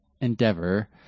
endeavor